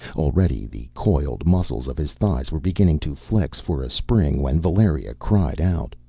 already the coiled muscles of his thighs were beginning to flex for a spring, when valeria cried out.